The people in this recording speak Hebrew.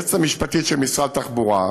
היועצת המשפטית של משרד התחבורה,